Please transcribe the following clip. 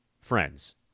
friends